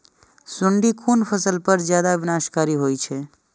सुंडी कोन फसल पर ज्यादा विनाशकारी होई छै?